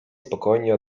spokojnie